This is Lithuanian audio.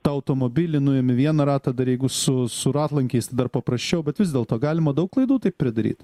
tą automobilį nuimi vieną ratą dar jeigu su su ratlankiais tai dar paprasčiau bet vis dėlto galima daug klaidų taip pridaryt